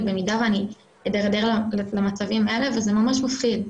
במידה שאני אדרדר למצבים האלה וזה ממש מפחיד.